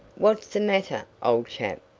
what's the matter, old chap?